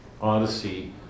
Odyssey